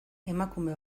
emakume